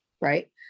right